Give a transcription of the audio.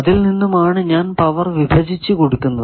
അതിൽ നിന്നുമാണ് ഞാൻ പവർ വിഭജിച്ചു കൊടുക്കുന്നത്